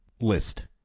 list